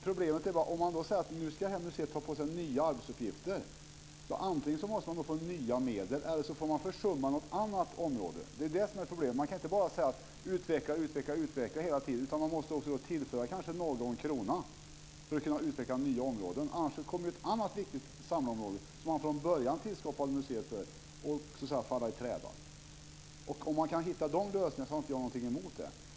Problemet är att om man sedan säger att ett museum ska ta på sig nya arbetsuppgifter måste det antingen få nya medel eller försumma något annat område. Det är det som är problemet. Man kan inte bara säga åt museerna att utveckla hela tiden, utan man måste också tillföra en och annan krona för att nya områden ska kunna utvecklas. Annars kommer ett annat viktigt område, som man från början tillskapade museet för, att falla i träda. Kan man hitta sådana lösningar har jag ingenting emot det.